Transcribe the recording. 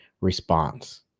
response